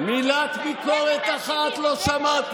היית בנפטלין עד לפני יומיים.